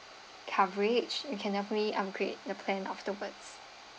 coverage you can definitely upgrade your plan afterward